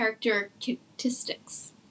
Characteristics